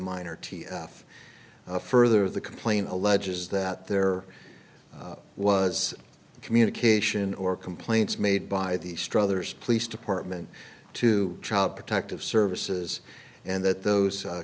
minor t f a further the complaint alleges that there was communication or complaints made by the struthers police department to child protective services and that those